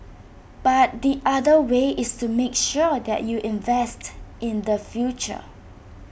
but the other way is to make sure that you invest in the future